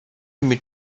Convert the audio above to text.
mit